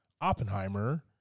oppenheimer